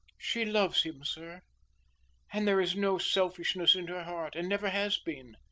she loves him, sir and there is no selfishness in her heart and never has been.